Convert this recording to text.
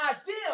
idea